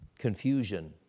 Confusion